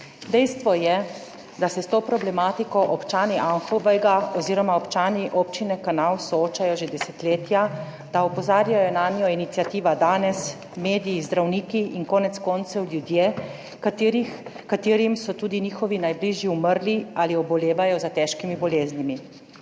Dejstvo je, da se s to problematiko občani Anhovega oziroma občani Občine Kanal soočajo že desetletja, da opozarjajo nanjo iniciativa Danes, mediji, zdravniki in konec koncev ljudje, ki so jim tudi njihovi najbližji umrli ali obolevajo za težkimi boleznimi.